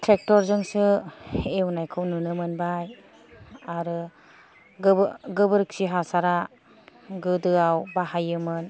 tractor जोंसो एवनायखौ नुनो मोनबाय आरो गोबोरखि हासारा गोदोआव बाहायोमोन